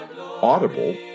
Audible